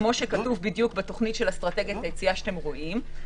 כפי שכתוב בתוכנית של אסטרטגיית היציאה שאתם רואים,